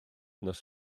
nos